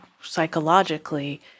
psychologically